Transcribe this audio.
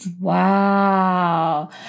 Wow